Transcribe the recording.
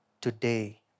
today